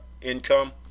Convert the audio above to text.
income